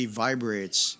vibrates